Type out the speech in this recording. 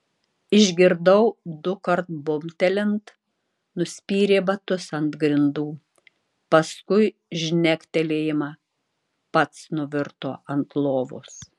išgirdau dukart bumbtelint nuspyrė batus ant grindų paskui žnektelėjimą pats nuvirto ant lovos